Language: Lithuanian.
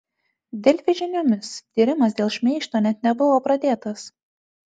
delfi žiniomis tyrimas dėl šmeižto net nebuvo pradėtas